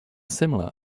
similar